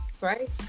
right